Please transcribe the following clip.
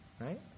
Right